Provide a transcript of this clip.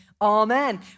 Amen